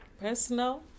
Personal